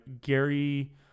Gary